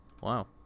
Wow